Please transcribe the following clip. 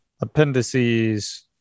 Appendices